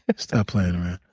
stop playing around.